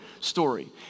story